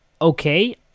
okay